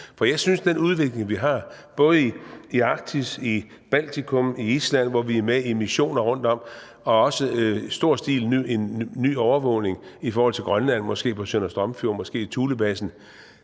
Jeg synes, at med den udvikling, vi har, både i Arktis, i Baltikum, i Island, hvor vi er med i missioner rundtomkring, og også i stor stil med en ny overvågning i forhold til Grønland, måske i Søndre Strømfjord, måske Thulebasen,